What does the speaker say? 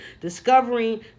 discovering